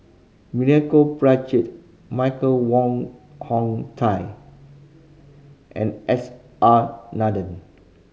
Milenko Prvacki Michael Wong Hong Teng and S R Nathan